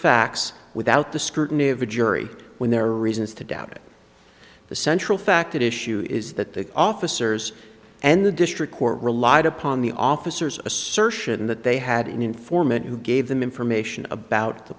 facts without the scrutiny of a jury when there are reasons to doubt it the central fact issue is that the officers and the district court relied upon the officers assertion that they had an informant who gave them information about the